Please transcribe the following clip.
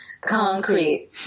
concrete